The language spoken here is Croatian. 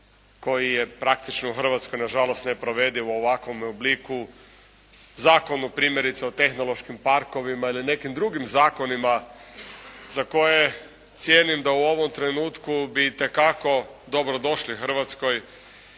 koji je praktično u Hrvatskoj nažalost neprovediv u ovakvome obliku. Zakonu primjerice o tehnološkim parkovima ili nekim drugim zakonima za koje cijenim da u ovom trenutku bi itekako dobrodošli Hrvatskoj